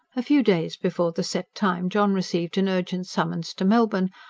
a few days before the set time john received an urgent summons to melbourne,